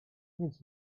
nic